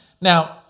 Now